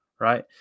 right